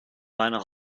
meiner